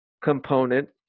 component